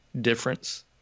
difference